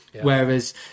whereas